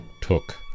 took